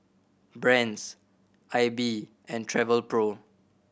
Brand's Aibi and Travelpro